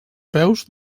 peus